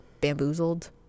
bamboozled